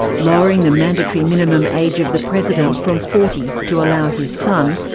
lowering the mandatory minimum age of the president from forty to allow his son,